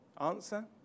Answer